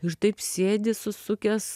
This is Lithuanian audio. ir taip sėdi susukęs